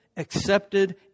Accepted